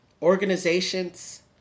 Organizations